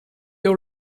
your